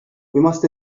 must